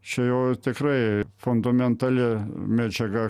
čia jau tikrai fundamentali medžiaga